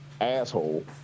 asshole